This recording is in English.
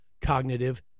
cognitive